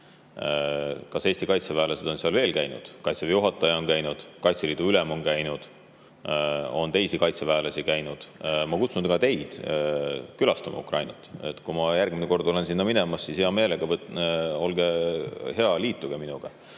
Kas Eesti kaitseväelased on seal veel käinud? Kaitseväe juhataja on käinud, Kaitseliidu ülem on käinud. On teisi kaitseväelasi käinud, ma kutsun ka teid üles külastama Ukrainat. Kui ma järgmine kord sinna lähen, siis hea meelega ütlen, olge hea, liituge minuga.